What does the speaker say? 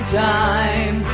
time